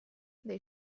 they